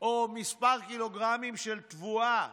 או כמה קילוגרמים של תבואה